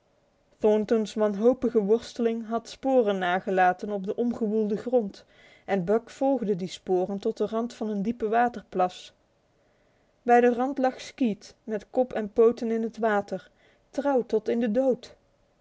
aanval thornton's wanhopige worsteling had sporen nagelaten op de omgewoelde grond en buck volgde die sporen tot de rand van een diepe waterplas bij de rand lag skeet met kop en poten in het water trouw tot in de dood